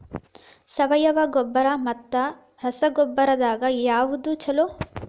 ಸಾವಯವ ಗೊಬ್ಬರ ಮತ್ತ ರಸಗೊಬ್ಬರದಾಗ ಯಾವದು ಛಲೋ?